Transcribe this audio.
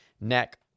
neck